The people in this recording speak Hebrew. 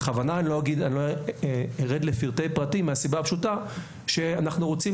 בכוונה אני לא ארד לפרטי פרטים מהסיבה הפשוטה שאנחנו רוצים